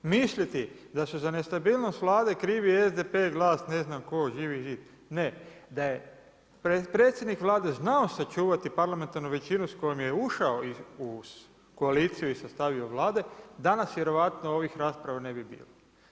Misliti da su nestabilnost Vlade SDP, GLAS, ne znam tko Živi zid, ne, da je predsjednik Vlade znao sačuvati parlamentarnu većinu s kojom je ušao u koaliciju i sastavio vlade, danas vjerojatno ovih rasprava ne bi bilo.